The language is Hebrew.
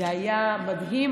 זה היה מדהים.